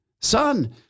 son